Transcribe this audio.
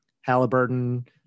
Halliburton